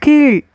கீழ்